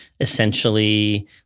Essentially